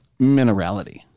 minerality